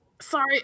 sorry